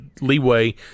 leeway